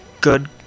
good